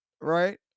right